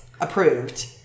approved